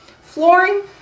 Flooring